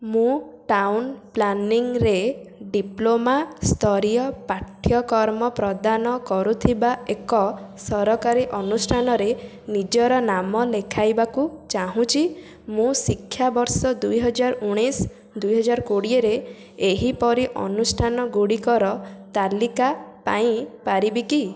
ମୁଁ ଟାଉନ୍ ପ୍ଲାନିଂରେ ଡ଼ିପ୍ଲୋମା ସ୍ତରୀୟ ପାଠ୍ୟକ୍ରମ ପ୍ରଦାନ କରୁଥିବା ଏକ ସରକାରୀ ଅନୁଷ୍ଠାନରେ ନିଜର ନାମ ଲେଖାଇବାକୁ ଚାହୁଁଛି ମୁଁ ଶିକ୍ଷାବର୍ଷ ଦୁଇହଜାର ଉଣେଇଶି ଦୁଇହଜାର କୋଡ଼ିଏରେ ଏହିପରି ଅନୁଷ୍ଠାନଗୁଡ଼ିକର ତାଲିକା ପାଇପାରିବି କି